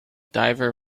diver